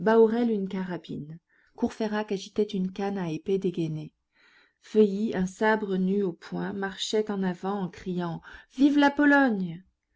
une carabine courfeyrac agitait une canne à épée dégainée feuilly un sabre nu au poing marchait en avant en criant vive la pologne